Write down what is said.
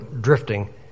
drifting